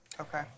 Okay